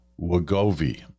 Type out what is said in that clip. Wagovi